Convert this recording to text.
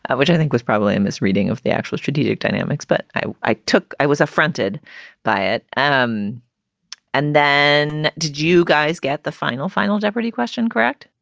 which i think was probably mis reading of the actual strategic dynamics. but i i took i was affronted by it. um and then did you guys get the final final jeopardy question, correct?